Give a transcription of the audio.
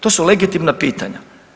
To su legitimna pitanja.